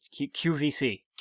QVC